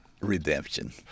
redemption